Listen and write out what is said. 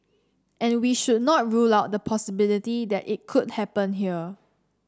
and we should not rule out the possibility that it could happen here